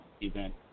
event